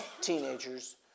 teenagers